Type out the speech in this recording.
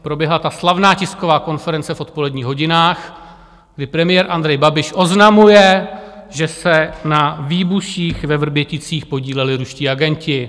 Proběhla ta slavná tisková konference v odpoledních hodinách, kdy premiér Andrej Babiš oznamuje, že se na výbuších ve Vrběticích podíleli ruští agenti.